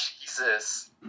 Jesus